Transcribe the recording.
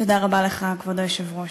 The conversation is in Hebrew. תודה רבה לך, כבוד היושב-ראש.